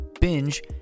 binge